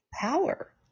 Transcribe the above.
power